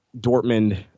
Dortmund